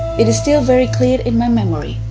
it is still very clear in my memory,